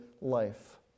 life